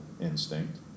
instinct